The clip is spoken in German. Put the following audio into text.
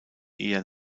eher